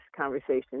conversation